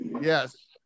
Yes